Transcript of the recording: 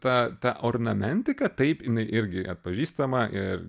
ta ta ornamentika taip jinai irgi atpažįstama ir